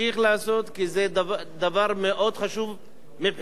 כי זה דבר מאוד חשוב מבחינה חברתית.